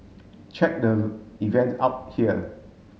check the event out here